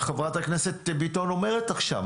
גם חברת הכנסת ביטון אומרת עכשיו,